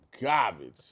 garbage